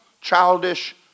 childish